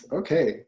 okay